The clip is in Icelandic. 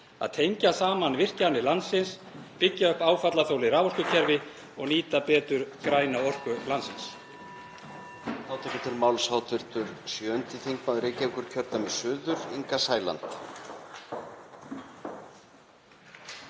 að tengja saman virkjanir landsins, byggja upp áfallaþolið raforkukerfi og nýta betur græna orku landsins.